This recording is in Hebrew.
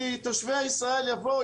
כי תושבי ישראל יבואו,